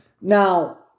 Now